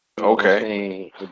Okay